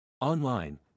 Online